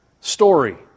story